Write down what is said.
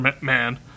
man